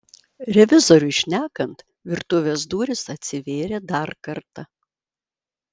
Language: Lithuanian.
revizoriui šnekant virtuvės durys atsivėrė dar kartą